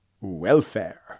Welfare